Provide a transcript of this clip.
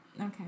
Okay